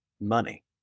money